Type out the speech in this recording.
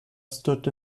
stood